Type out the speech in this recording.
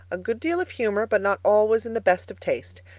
a good deal of humour but not always in the best of taste.